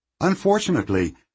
Unfortunately